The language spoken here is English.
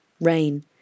Rain